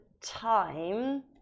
time